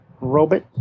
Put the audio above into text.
robot